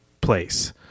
place